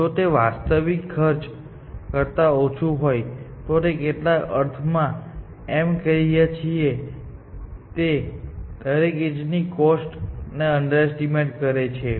જો તે વાસ્તવિક ખર્ચ કરતા ઓછું હોય તો કેટલાક અર્થમાં અમે કહી રહ્યા છીએ કે તે દરેક એજ ની કોસ્ટ ને અંડરએસ્ટીમેટ કરે છે